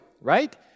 right